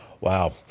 Wow